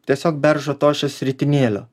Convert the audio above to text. tiesiog beržo tošies ritinėlio